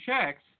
checks